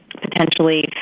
potentially